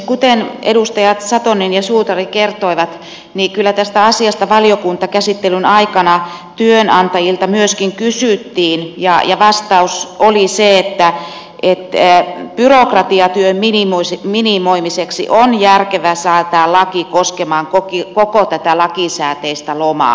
kuten edustajat satonen ja suutari kertoivat niin kyllä tästä asiasta valiokuntakäsittelyn aikana myöskin työnantajilta kysyttiin ja vastaus oli se että byrokratiatyön minimoimiseksi on järkevää säätää laki koskemaan koko tätä lakisääteistä lomaa